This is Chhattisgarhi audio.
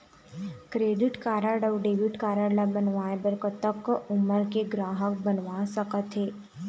क्रेडिट कारड अऊ डेबिट कारड ला बनवाए बर कतक उमर के ग्राहक बनवा सका थे?